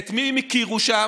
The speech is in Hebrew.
את מי הם הכירו שם,